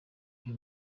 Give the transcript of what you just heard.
uyu